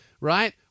right